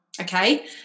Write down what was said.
Okay